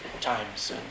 times